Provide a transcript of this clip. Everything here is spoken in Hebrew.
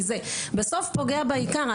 כי זה בסוף פוגע בעיקר,